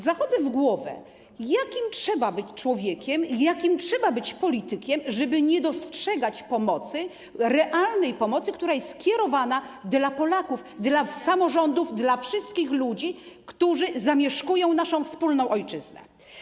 Zachodzę w głowę, jakim trzeba być człowiekiem, jakim trzeba być politykiem, żeby nie dostrzegać realnej pomocy, która jest kierowana do Polaków, samorządów, wszystkich ludzi, którzy zamieszkują nasza wspólna ojczyznę.